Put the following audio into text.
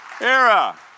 Era